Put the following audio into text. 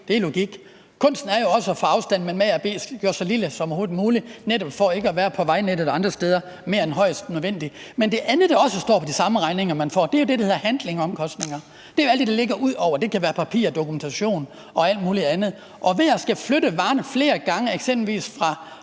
Det er logik. Kunsten er jo også at få afstanden mellem A og B gjort så lille som overhovedet muligt netop for ikke at være på vejnettet andre steder mere end højst nødvendigt. Men det andet, der også står på de samme regninger, man får, er det, der hedder handlingomkostninger. Det er jo alt det, der ligger ud over. Det kan være papirdokumentation og alt muligt andet. Og at skulle flytte varerne flere gange – f.eks.